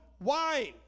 wine